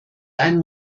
einen